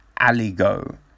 Aligo